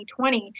2020